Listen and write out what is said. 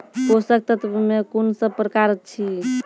पोसक तत्व मे कून सब प्रकार अछि?